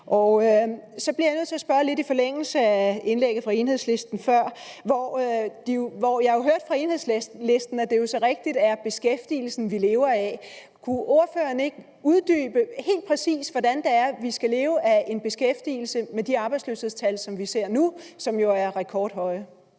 Jeg bliver nødt til at spørge lidt i forlængelse af indlægget fra Enhedslisten før. Jeg hørte fra Enhedslisten, at det jo er så rigtigt, at det er beskæftigelsen, vi lever af. Kunne ordføreren ikke uddybe og helt præcis fortælle, hvordan det er, vi skal leve af beskæftigelsen med de arbejdsløshedstal, som vi ser nu, og som jo er rekordhøje.